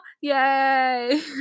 yay